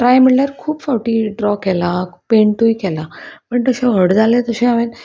try म्हणल्यार खूब फावटी ड्रॉ केला पेंटूय केला पण तशें व्हड जालें तशें हांवें